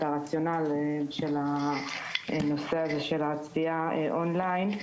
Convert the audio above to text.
הרציונל של הנושא הזה של הצפייה און-ליין.